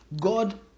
God